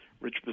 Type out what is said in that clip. Rich